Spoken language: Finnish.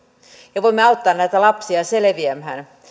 ja voimme auttaa näitä lapsia selviämään